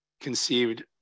conceived